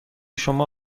شما